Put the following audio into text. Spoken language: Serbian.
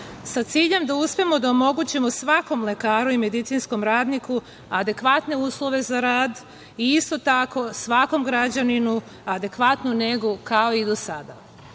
sa ciljem da uspemo da omogućimo svakom lekaru i medicinskom radniku adekvatne uslove za rad i isto tako svakom građaninu adekvatnu negu kao i do sada.U